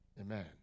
Amen